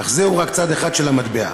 אך זהו רק צד אחד של המטבע.